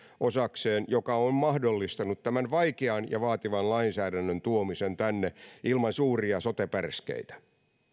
joka on mahdollistanut tämän vaikean ja vaativan lainsäädännön tuomisen tänne ilman suuria sote pärskeitä